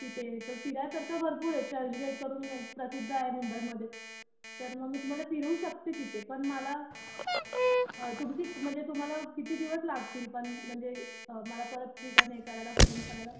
तिथे तर फिरायसारखं भरपूरए चर्चगेट करून एक प्रसिद्ध आहे मुंबईमध्ये तर मग मी तुम्हाला फिरवू शकते तिथे पण मला तुमची म्हणजे तुम्हाला किती दिवस लागतील पण म्हणजे मला परत रिटन हे करायला फोन करायला